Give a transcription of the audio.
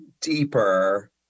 deeper